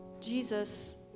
Jesus